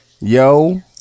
yo